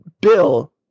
bill